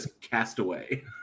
Castaway